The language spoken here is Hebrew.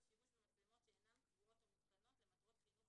שימוש במצלמות שאינן קבועות או מותקנות למטרות חינוך,